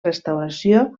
restauració